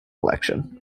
election